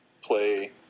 play